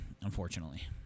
unfortunately